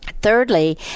thirdly